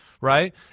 right